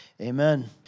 Amen